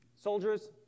Soldiers